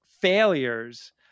failures